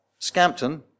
Scampton